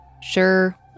Sure